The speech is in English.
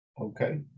Okay